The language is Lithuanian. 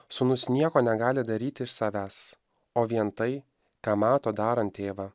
sūnus nieko negali daryti iš savęs o vien tai ką mato darant tėvą